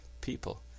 people